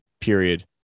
Period